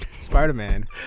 Spider-Man